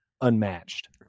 unmatched